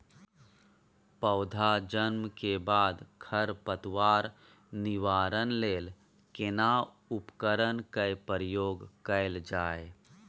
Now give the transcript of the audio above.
पौधा जन्म के बाद खर पतवार निवारण लेल केना उपकरण कय प्रयोग कैल जाय?